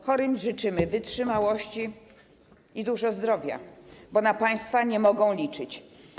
Chorym życzymy wytrzymałości i dużo zdrowia, bo na państwa nie mogą liczyć.